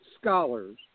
scholars